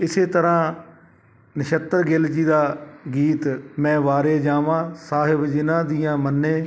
ਇਸੇ ਤਰ੍ਹਾਂ ਨਛੱਤਰ ਗਿੱਲ ਜੀ ਦਾ ਗੀਤ ਮੈਂ ਵਾਰੇ ਜਾਵਾਂ ਸਾਹਿਬ ਜਿਹਨਾਂ ਦੀਆਂ ਮੰਨੇ